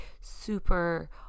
super